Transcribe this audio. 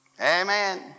Amen